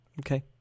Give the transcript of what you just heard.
Okay